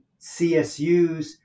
CSUs